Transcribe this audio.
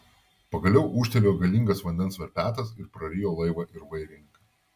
pagaliau ūžtelėjo galingas vandens verpetas ir prarijo laivą ir vairininką